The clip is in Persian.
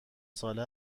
ساله